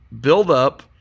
build-up